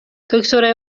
دکتر